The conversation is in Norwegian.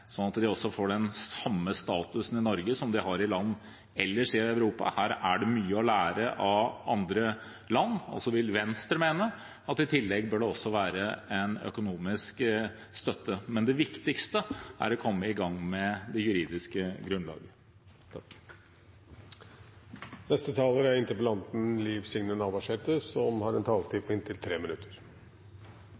at de får den samme statusen i Norge som de har i land ellers i Europa. Her er det mye å lære av andre land. Så vil Venstre mene at det i tillegg burde være en økonomisk støtte. Men det viktigste er å komme i gang med det juridiske grunnlaget. Det er veldig kjekt å høyre at samarbeidspartiet til regjeringa, Venstre, er